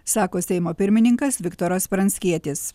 sako seimo pirmininkas viktoras pranckietis